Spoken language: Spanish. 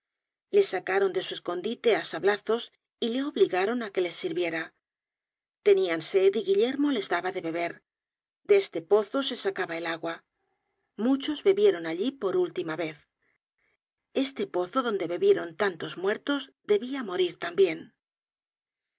le sacaron de su escondite á sablazos y le obligaron á que les sirviera tenían sed y guillermo les daba de beber de este pozo se sacaba el agua muchos bebieron allí por última vez este pozo donde bebieron tantos muertos debia morir tambien